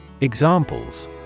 Examples